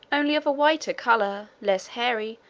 only of a whiter colour, less hairy,